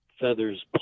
feathers